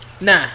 Nah